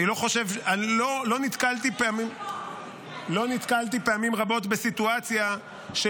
לא נתקלתי פעמים רבות בסיטואציה של